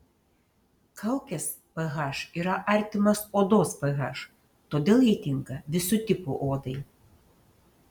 kaukės ph yra artimas odos ph todėl ji tinka visų tipų odai